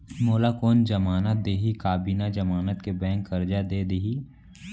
मोला कोन जमानत देहि का बिना जमानत के बैंक करजा दे दिही?